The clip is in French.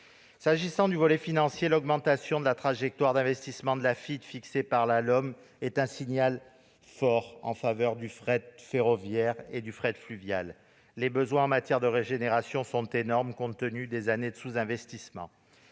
S'agissant du volet financier, l'augmentation de la trajectoire d'investissements de l'Afitf, fixée par la LOM, est un signal fort en faveur du fret ferroviaire et du fret fluvial. Les besoins en matière de régénération sont énormes, compte tenu des années de sous-investissement.